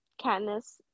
Katniss